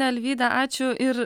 alvyda ačiū ir